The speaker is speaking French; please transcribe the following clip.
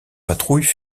patrouille